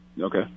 Okay